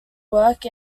work